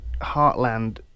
heartland